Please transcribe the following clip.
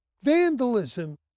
vandalism